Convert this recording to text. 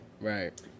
Right